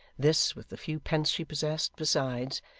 this, with the few pence she possessed besides,